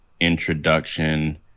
introduction